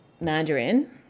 Mandarin